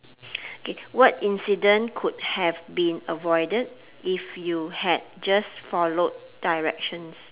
okay what incident could have been avoided if you had just followed directions